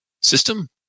system